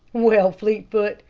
well, fleetfoot,